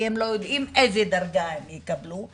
כי הם לא יודעים איזה דרגה הם יקבלו,